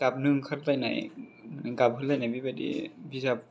गाबनो ओंखार लायनाय गाबगुलायनाय बेबायदि बिजाब